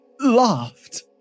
laughed